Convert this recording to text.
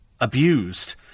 abused